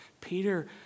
Peter